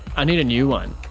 i need a new one.